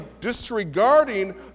disregarding